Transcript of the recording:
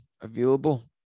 available